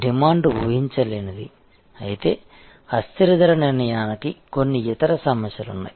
demand ఊహించలేనిది అయితే అస్థిర ధర నిర్ణయానికి కొన్ని ఇతర సమస్యలు ఉన్నాయి